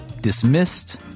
dismissed